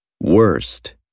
Worst